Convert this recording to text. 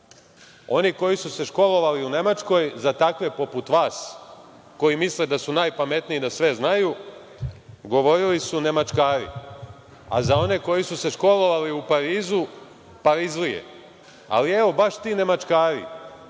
oni koji su se školovali u Nemačkoj, za takve poput vas, koji misle da su najpametniji i da sve znaju, govorili su „nemačkari“, a za one koji su se školovali u Parizu „parizlije“. Ali, evo, baš ti „nemačkari“